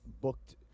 booked